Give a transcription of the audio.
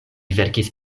verkis